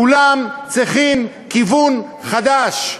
כולם צריכים כיוון חדש,